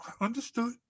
Understood